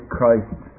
Christ